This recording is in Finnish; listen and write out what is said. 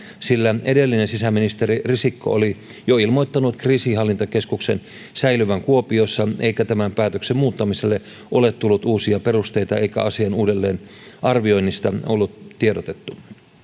sillä edellinen sisäministeri risikko oli jo ilmoittanut kriisinhallintakeskuksen säilyvän kuopiossa eikä tämän päätöksen muuttamiselle ole tullut uusia perusteita eikä asian uudelleenarvioinnista ollut tiedotettu